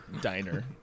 diner